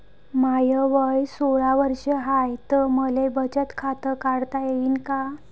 माय वय सोळा वर्ष हाय त मले बचत खात काढता येईन का?